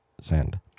send